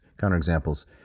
counter-examples